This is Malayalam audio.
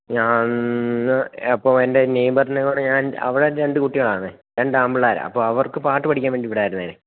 ഞാന് അപ്പോള് എൻ്റെ നെയ്ബറിനെയും കൂടെ ഞാൻ അവിടെ രണ്ടു കുട്ടികളാണ് രണ്ട് ആണ്പിള്ളേരാണ് അപ്പോള് അവർക്ക് പാട്ട് പഠിക്കാൻ വേണ്ടി വിടാനായിരുന്നു